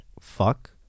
fuck